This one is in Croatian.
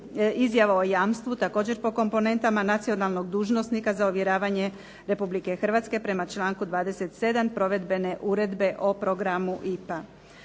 izjava o jamstvu također po komponentama nacionalnog dužnosnika za ovjeravanje Republike Hrvatske prema članku 27. provedbene uredbe o programu IPA.